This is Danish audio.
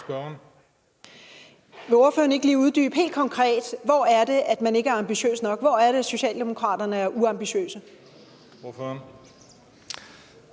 Hvor er det, at Socialdemokratiet er uambitiøse?